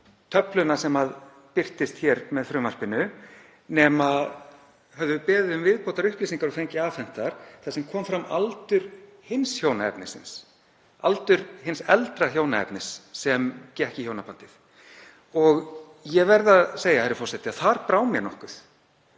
töfluna sem birtist hér með frumvarpinu. En þau höfðu beðið um viðbótarupplýsingar og fengið afhentar þar sem kom fram aldur hins hjónaefnisins, aldur hins eldra hjónaefnis sem gekk í hjónabandið. Ég verð að segja, herra forseti, að þar brá mér nokkuð